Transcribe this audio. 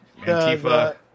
Antifa